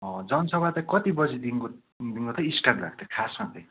जनसभा चाहिँ कति बजीदेखिको स्टार्ट भएको थियो खासमा चाहिँ